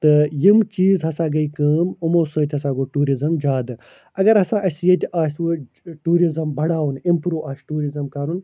تہٕ یِم چیٖز ہَسا گٔے کٲم یِمو سۭتۍ ہَسا گوٚو ٹیٛوٗرِزٕم زیٛادٕ اگر ہَسا اسہِ ییٚتہِ آسہِ وۄنۍ ٹیٛوٗرِزٕم بَڑھاوُن اِمپرٛو آسہِ ٹیٛوٗرِزٕم کَرُن